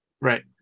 Right